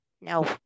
no